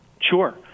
Sure